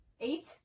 Eight